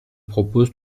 propose